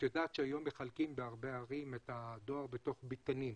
את יודעת שהיום בהרבה ערים מחלקים את הדואר בתוך ביתנים.